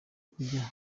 kujya